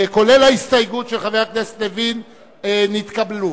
כולל ההסתייגות של חבר הכנסת לוין, נתקבל.